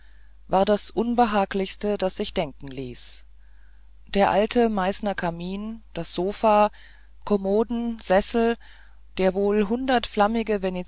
war das unbehaglichste das sich denken ließ der alte meißner kamin die sofas kommoden sessel der wohl hundertflammige